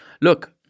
look